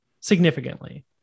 significantly